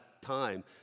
time